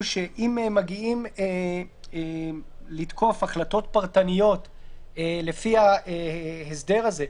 שאם מגיעים לתקוף החלטות פרטניות לפי ההסדר הזה,